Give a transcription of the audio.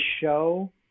show